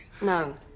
No